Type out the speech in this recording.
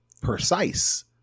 precise